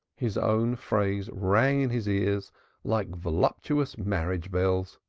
his own phrase rang in his ears like voluptuous marriage bells.